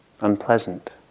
unpleasant